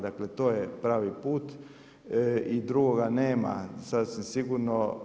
Dakle, to je pravi put i drugoga nema sasvim sigurno.